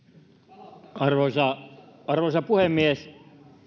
arvoisa arvoisa puhemies